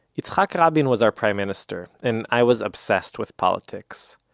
yitzhak rabin was our prime-minister. and i was obsessed with politics.